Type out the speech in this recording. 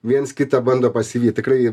viens kitą bando pasivyt tikrai